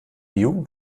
jugend